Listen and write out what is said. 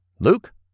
Luke